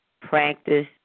Practice